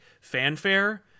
fanfare